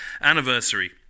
anniversary